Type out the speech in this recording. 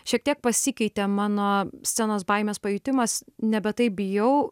šiek tiek pasikeitė mano scenos baimės pajutimas nebe taip bijau